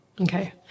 Okay